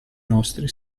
nostri